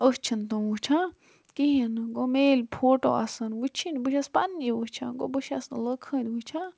أسۍ چھِنہٕ تم وٕچھان کِہیٖنۍ نہٕ گوٚو مےٚ ییٚلہِ فوٹو آسَن وٕچھِنۍ بہٕ چھَس پَنٕنی وٕچھان گوٚو بہٕ چھَس نہٕ لٕکھ ہٕنٛدۍ وٕچھان